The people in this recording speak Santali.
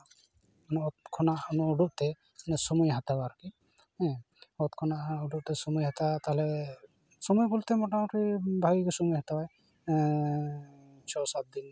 ᱚᱱᱟ ᱚᱛ ᱠᱷᱚᱱᱟᱜ ᱩᱰᱩᱠᱛᱮ ᱥᱚᱢᱚᱭᱮ ᱦᱟᱛᱟᱣᱟ ᱟᱨᱠᱤ ᱚᱛ ᱠᱷᱚᱱᱟᱜ ᱦᱟᱸᱜ ᱩᱰᱩᱠᱛᱮ ᱥᱚᱢᱚᱭᱮ ᱦᱟᱛᱟᱣᱟ ᱛᱟᱦᱞᱮ ᱥᱚᱢᱚᱭ ᱵᱚᱞᱛᱮ ᱢᱚᱴᱟᱢᱩᱴᱤ ᱵᱷᱟᱜᱤ ᱜᱮ ᱥᱚᱢᱚᱭᱮ ᱦᱟᱛᱟᱣᱟᱭ ᱪᱷᱚ ᱥᱟᱛ ᱫᱤᱱ ᱟᱴ ᱫᱤᱱ ᱜᱟᱱ